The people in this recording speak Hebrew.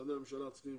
משרדי הממשלה צריכים